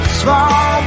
small